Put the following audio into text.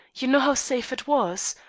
you know how safe it was.